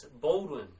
Baldwin